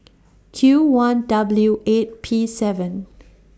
Q one W eight P seven